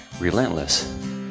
Relentless